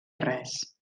res